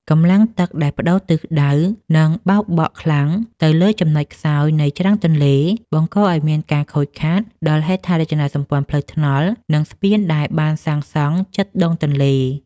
កម្លាំងទឹកដែលប្តូរទិសដៅនឹងបោកបក់ខ្លាំងទៅលើចំណុចខ្សោយនៃច្រាំងទន្លេ បង្កឱ្យមានការខូចខាតដល់ហេដ្ឋារចនាសម្ព័ន្ធផ្លូវថ្នល់ និងស្ពានដែលបានសាងសង់ជិតដងទន្លេ។